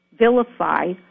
vilify